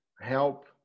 help